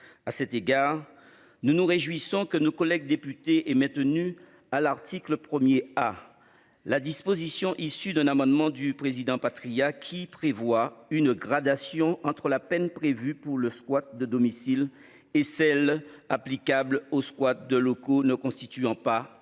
À cet égard nous nous réjouissons que nos collègues députés est maintenu à l'article 1er à. La disposition issue d'un amendement du président Patriat qui prévoit une gradation entre la peine prévue pour le squat de domicile et celles applicables aux squat de locaux ne constituant pas un